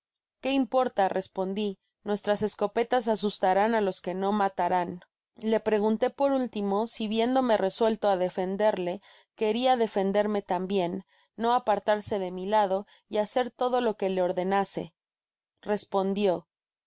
qué importa respondi nuestras escopetas asustarán á los que no mata ráft le pregunté por último si viéndome resuelto á defenderle queria defenderme tambien no apartarse de mi lado y hacer todo lo que le ordenase respondió yo